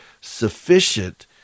Sufficient